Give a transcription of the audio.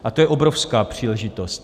A to je obrovská příležitost.